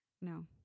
No